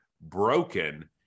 broken